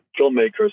filmmakers